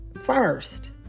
first